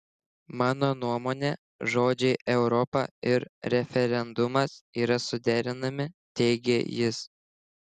mano nuomone žodžiai europa ir referendumas yra suderinami teigė jis